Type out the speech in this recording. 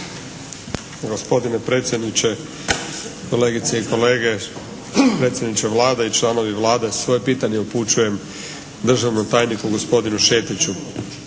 Gospodine predsjedniče, kolegice i kolege, predsjedniče Vlade i članovi Vlade. Svoje pitanje upućujem državnom tajniku, gospodinu Šetiću.